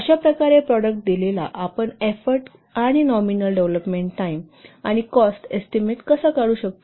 अशाप्रकारे दिलेला प्रॉडक्टसाठी आपण एफोर्ट आणि नॉमिनल डेव्हलोपमेंट टाईम आणि कॉस्ट एस्टीमेट कसा काढू शकतो